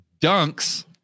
dunks